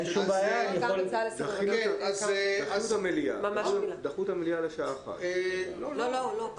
דחו את המליאה לשעה 13:00. לא.